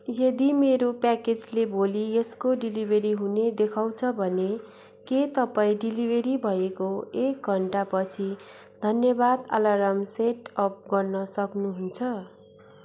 यदि मेरो प्याकेजले भोलि यसको डेलिभरी हुने देखाउँछ भने के तपाईँ डेलिभरी भएको एक घन्टापछि धन्यवाद अलार्म सेटअप गर्न सक्नुहुन्छ